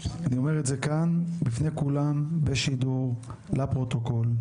אני אומר את זה כאן בפני כולם, בשידור, לפרוטוקול.